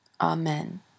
Amen